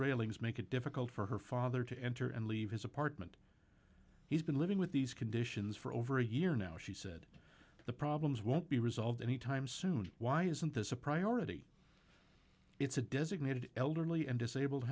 railings make it difficult for her father to enter and leave his apartment he's been living with these conditions for over a year now she said the problems won't be resolved anytime soon why isn't this a priority it's a designated elderly and disabled